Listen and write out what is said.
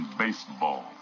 baseball